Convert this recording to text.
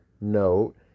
note